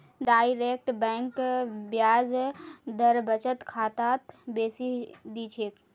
direct bank ब्याज दर बचत खातात बेसी दी छेक